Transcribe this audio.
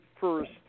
first